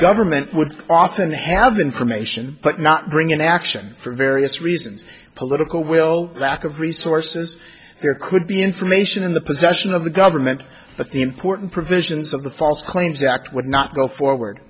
government would often have information but not bring an action for various reasons political will lack of resources there could be information in the possession of the government but the important provisions of the false claims act would not go forward